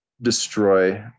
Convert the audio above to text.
Destroy